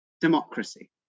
democracy